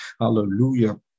Hallelujah